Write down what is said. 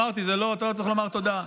אמרתי, אתה לא צריך לומר תודה.